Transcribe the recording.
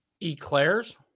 Eclairs